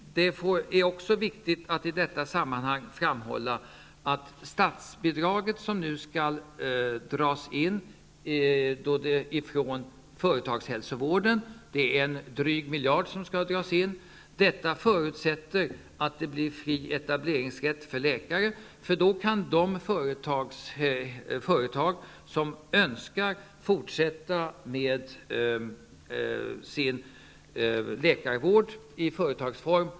Det är också viktigt att i detta sammanhang framhålla att när en dryg miljard i statsbidrag nu skall dras in från företagshälsovården, förutsätter detta att det blir fri etableringsrätt för läkare. Då kan de företag som önskar fortsätta med sin läkarvård i företagsform.